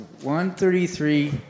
133